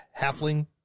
halfling